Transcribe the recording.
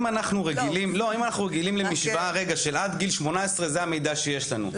אם אנחנו רגילים למשוואה של עד גיל 18 זה המידע שיש לנו,